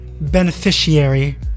beneficiary